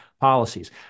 policies